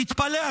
תתפלא.